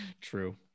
true